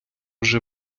вже